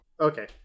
Okay